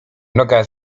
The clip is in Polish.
noga